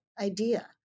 idea